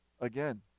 again